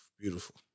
Beautiful